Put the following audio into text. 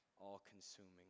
all-consuming